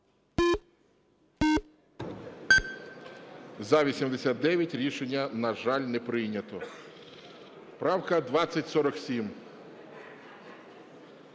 За-89 Рішення, на жаль, не прийнято. Правка 2047.